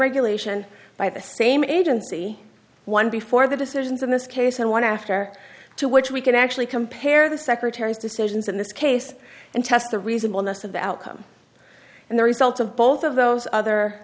regulation by the same agency one before the decisions in this case and one after to which we can actually compare the secretary's decisions in this case and test the reasonableness of the outcome and the results of both of those other